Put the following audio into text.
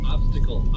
Obstacle